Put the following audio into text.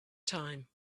time